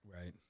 Right